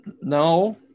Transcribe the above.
no